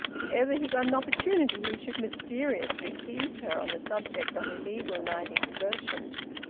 if ever he got an opportunity he should mysteriously tease her on the subject of illegal night excursions!